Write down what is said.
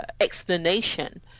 explanation